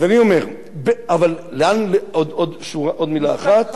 אז אני אומר, עוד מלה אחת.